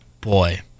Boy